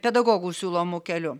pedagogų siūlomu keliu